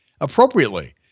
appropriately